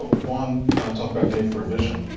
vaughan talked about the need for a vision.